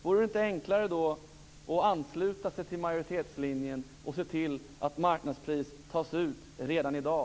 Vore det inte enklare att ansluta sig till majoritetslinjen och se till att marknadspris tas ut redan i dag?